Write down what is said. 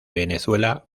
venezuela